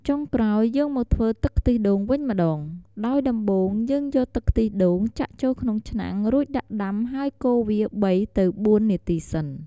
ចុងក្រោយយើងមកធ្វើទឹកខ្ទះដូងវិញម្តងដោយដំបូងយើងយកទឹកខ្ទះដូងចាក់ចូលក្នុងឆ្នាំងរួចដាក់ដាំហើយកូរវា ៣ ទៅ ៤ នាទីសិន។